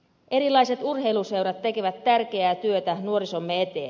erilaiset urheiluseurat tekevät tärkeää työtä nuorisomme eteen